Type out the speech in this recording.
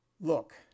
Look